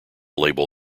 label